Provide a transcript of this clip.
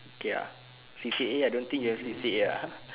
okay ah C_C_A I don't think you have C_C_A ah